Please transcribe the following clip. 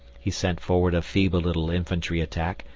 he sent forward a feeble little infantry attack,